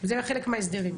זה חלק מההסדרים.